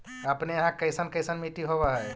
अपने यहाँ कैसन कैसन मिट्टी होब है?